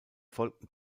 folgten